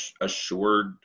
assured